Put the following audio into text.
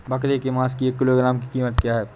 बकरे के मांस की एक किलोग्राम की कीमत क्या है?